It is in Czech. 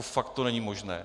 Fakt to není možné.